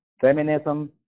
feminism